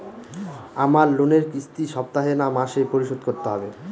আমার লোনের কিস্তি সপ্তাহে না মাসে পরিশোধ করতে হবে?